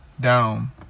down